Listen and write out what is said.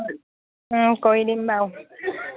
কৰি দিম বাৰু